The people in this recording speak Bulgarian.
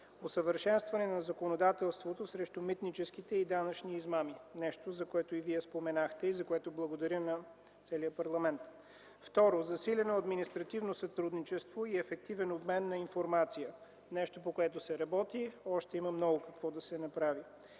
усъвършенстване на законодателството срещу митническите и данъчни измами – нещо, за което и Вие споменахте, за което благодаря на целия парламент. Второ, засилено административно сътрудничество и ефективен обмен на информация – нещо, по което се работи и има още много какво да се направи.